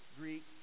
Greek